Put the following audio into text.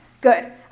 good